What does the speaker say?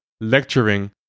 lecturing